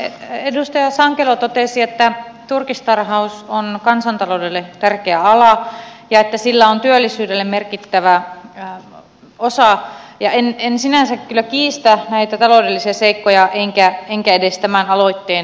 edustaja sankelo totesi että turkistarhaus on kansantaloudelle tärkeä ala ja että sillä on työllisyydelle merkittävä osa ja en sinänsä kyllä kiistä näitä taloudellisia seikkoja enkä edes tämän aloitteen tarkoitusta